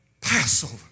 Passover